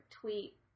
tweet